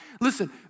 Listen